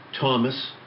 Thomas